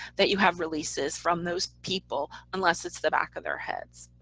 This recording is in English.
that you have releases from those people unless it's the back of their heads.